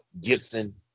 Gibson